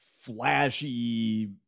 flashy